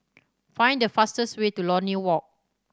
find the fastest way to Lornie Walk